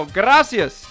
gracias